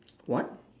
what